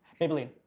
Maybelline